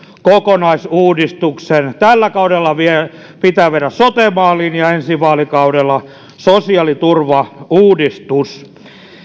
kokonaisuudistuksen tällä kaudella pitää viedä sote maaliin ja ensi vaalikaudella sosiaaliturvauudistus